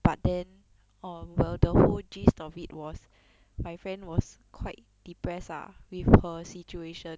but then orh were the whole gist of it was my friend was quite depressed ah with her situation